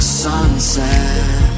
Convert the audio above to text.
sunset